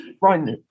right